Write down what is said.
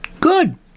good